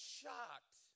shocked